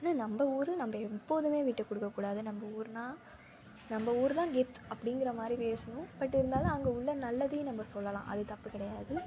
என்ன நம்ப ஊர் நம்ப எப்போதுமே விட்டு கொடுக்க கூடாது நம்ப ஊர்னால் நம்ப ஊர் தான் கெத்து அப்படிங்கிறமாரி பேசணும் பட் இருந்தாலும் அங்கே உள்ள நல்லதையும் நம்ப சொல்லலாம் அது தப்பு கிடையாது